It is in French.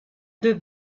deux